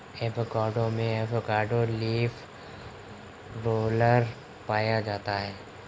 avocado में avocado leaf roller पाया जाता है